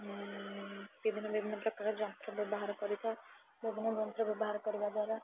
ବିଭିନ୍ନ ବିଭିନ୍ନ ପ୍ରକାର ଯନ୍ତ୍ର ବ୍ୟବହାର କରିଥାଉ ବିଭିନ୍ନ ଯନ୍ତ୍ର ବ୍ୟବହାର କରିବା ଦ୍ୱାରା